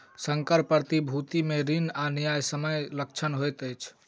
संकर प्रतिभूति मे ऋण आ न्यायसम्य लक्षण होइत अछि